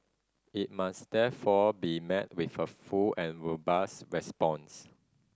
it must therefore be met with a full and robust response